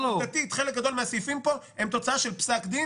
עובדתית חלק גדול מן הסעיפים פה הם תוצאה של פסק דין